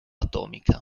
atomica